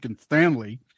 Stanley